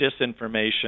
disinformation